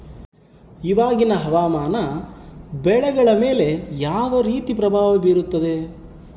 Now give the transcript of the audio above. ಇವಾಗಿನ ಹವಾಮಾನ ಬೆಳೆಗಳ ಮೇಲೆ ಯಾವ ರೇತಿ ಪ್ರಭಾವ ಬೇರುತ್ತದೆ?